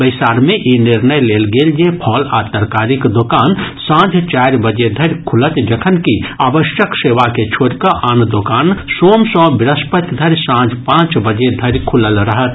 बैसार मे ई निर्णय लेल गेल जे फल आ तरकारीक दोकान सांझ चारि बजे धरि खुलत जखनकि आवश्यक सेवा के छोड़ि कऽ आन दोकान सोम सँ वृहस्पति धरि सांझ पांच बजे धरि खुलल रहत